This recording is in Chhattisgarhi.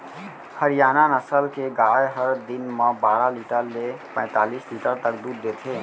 हरियाना नसल के गाय हर दिन म बारा लीटर ले पैतालिस लीटर तक दूद देथे